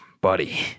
Buddy